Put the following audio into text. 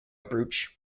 brooch